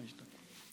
חמש דקות.